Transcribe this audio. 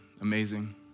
amazing